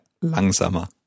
Langsamer